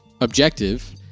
objective